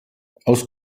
aus